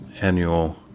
annual